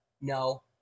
no